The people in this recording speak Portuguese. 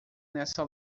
nessa